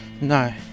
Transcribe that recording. No